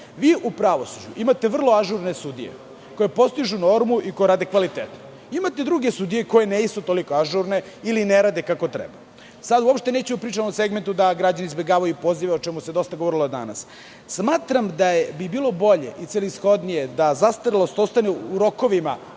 Vi u pravosuđu imate vrlo ažurne sudije koje postižu normu i koje rade kvalitetno. Imate i druge sudije koje nisu toliko ažurne ili ne rade kako treba. Sada uopšte neću da pričam o segmentu da građani izbegavaju pozive, o čemu se dosta govorilo danas. Smatram da bi bilo bolje i celishodnije da zastarelost ostane u rokovima